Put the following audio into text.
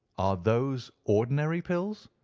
those ordinary pills?